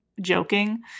joking